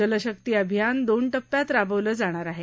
जलशक्ती अभियान दोन टप्प्यात राबवलं जाणार आहे